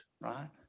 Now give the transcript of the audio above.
Right